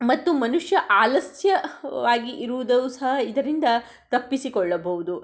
ಮತ್ತು ಮನುಷ್ಯ ಆಲಸ್ಯವಾಗಿ ಇರುವುದು ಸಹ ಇದರಿಂದ ತಪ್ಪಿಸಿಕೊಳ್ಳಬಹುದು